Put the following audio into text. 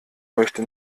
möchte